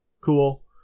Cool